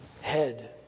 head